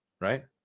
right